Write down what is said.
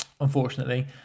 unfortunately